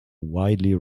widely